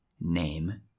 name